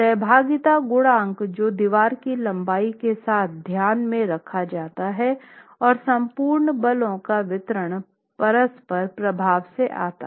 सहभागिता गुणांक जो दीवार की लंबाई के साथ ध्यान में रखा जाता है और संपूर्ण बलों का वितरण परस्पर प्रभाव में आता हैं